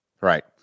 Right